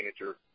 manager